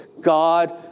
God